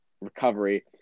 recovery